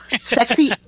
sexy